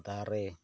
ᱫᱟᱨᱮᱹ